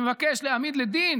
מבקש להעמיד לדין